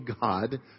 God